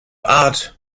art